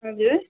हजुर